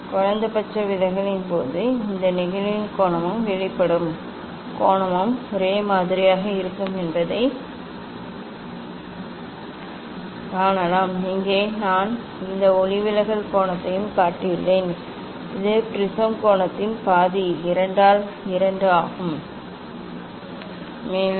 குறைந்தபட்ச விலகலின் போது இந்த நிகழ்வின் கோணமும் வெளிப்படும் கோணமும் ஒரே மாதிரியாக இருக்கும் என்பதையும் காணலாம் இங்கே நான் இந்த ஒளிவிலகல் கோணத்தை காட்டியுள்ளேன் இது ப்ரிஸம் கோணத்தின் பாதி 2 ஆல் 2 ஆகும்